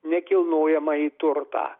nekilnojamąjį turtą